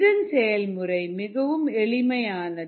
இதன்செயல்முறை மிகவும் எளிமையானது